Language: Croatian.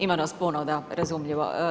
Ima nas puno, da, razumljivo.